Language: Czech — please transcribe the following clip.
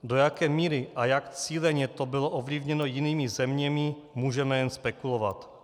Do jaké míry a jak cíleně to bylo ovlivněno jinými zeměmi, můžeme jen spekulovat.